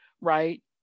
right